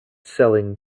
selling